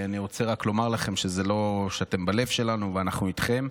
אני רוצה רק לומר לכם שאתם בלב שלנו ואנחנו איתכם,